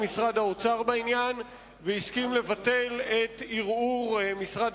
משרד האוצר בעניין והסכים לבטל את ערעור משרד